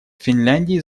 финляндии